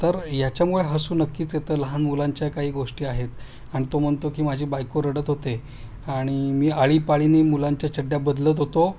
तर याच्यामुळे हसू नक्कीच येतं लहान मुलांच्या काही गोष्टी आहेत आणि तो म्हणतो की माझी बायको रडत होते आणि मी आळीपाळीनी मुलांच्या चड्ड्या बदलत होतो